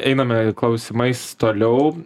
einame klausimais toliau